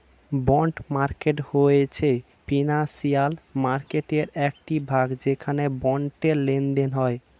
bond market হয়েছে financial মার্কেটয়ের একটি ভাগ যেখানে বন্ডের লেনদেন হয়